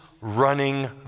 running